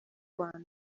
rwanda